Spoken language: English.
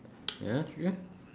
ya ya